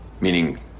meaning